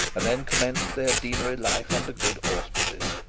and then commenced their deanery life under good auspices.